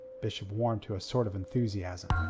bishop warmed to a sort of enthusiasm.